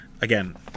again